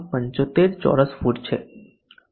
75 ચોરસ ફૂટ છે